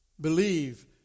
Believe